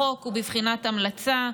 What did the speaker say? החוק הוא בבחינת המלצה,